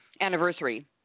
anniversary